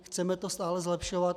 Chceme to stále zlepšovat.